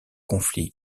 conflits